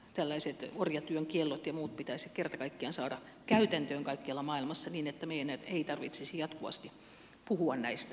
tällaiset orjatyön kiellot ja muut pitäisi kerta kaikkiaan saada käytäntöön kaikkialla maailmassa niin että meidän ei tarvitsisi jatkuvasti pelkästään puhua näistä